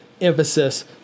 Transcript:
emphasis